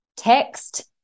text